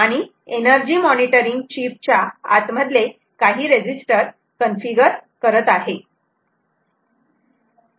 आणि energy monitoring chip च्या आतमधले काही रेजिस्टर कन्फिगर करत आहे